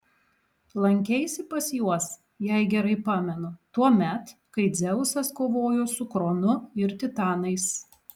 lankeisi pas juos jei gerai pamenu tuomet kai dzeusas kovojo su kronu ir titanais